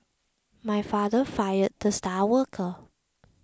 my father fired the star worker